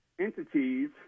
entities